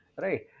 Right